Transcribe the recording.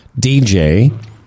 DJ